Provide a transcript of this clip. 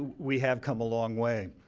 we have come a long way.